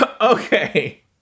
Okay